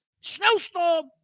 snowstorm